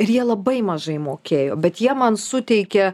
ir jie labai mažai mokėjo bet jie man suteikė